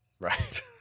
Right